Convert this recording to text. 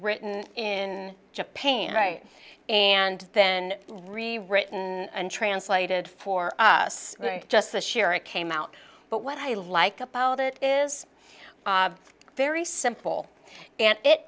written in japan right and then really written and translated for just the sheer it came out but what i like about it is very simple and it